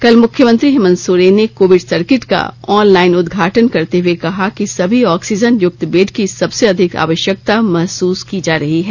कल मुख्यमंत्री हेमंत सोरेन ने कोविड सर्किट का ऑन लाइन उदघाटन करते हुए कहा कि अभी ऑक्सीजन युक्त बेड की सबसे अधिक आवश्यकता महसूस की जा रही है